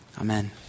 Amen